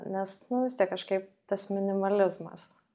nes nu vis tiek kažkaip tas minimalizmas